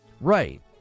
Right